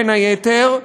בין היתר,